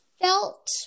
Felt